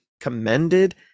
commended